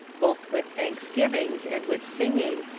both with thanksgivings, and with singing,